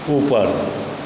ऊपर